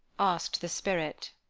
asked the spirit.